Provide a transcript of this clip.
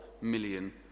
million